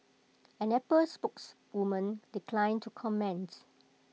an Apple spokeswoman declined to comments